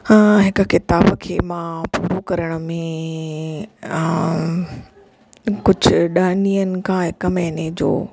हिकु किताबु खे मां पूरो करण में कुझु ॾहनि ॾींहनि खां हिकु महीने जो